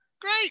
Great